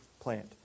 plant